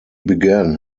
began